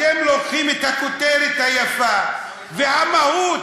זה לא, אתם לוקחים את הכותרת היפה, והמהות,